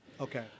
Okay